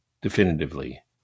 definitively